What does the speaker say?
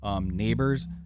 neighbors